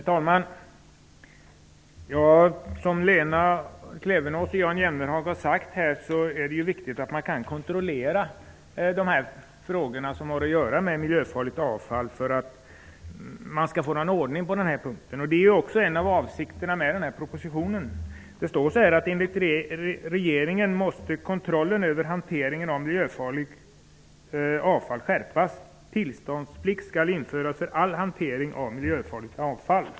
Herr talman! Som Lena Klevenås och Jan Jennehag har sagt är det viktigt att man kan kontrollera de här frågorna som har att göra med miljöfarligt avfall för att man skall få någon ordning på den här punkten. Det är också en av avsikterna med propositionen. Det står att enligt regeringen måste kontrollen över hanteringen av miljöfarligt avfall skärpas. Tillståndsplikt skall införas för all hantering av miljöfarligt avfall.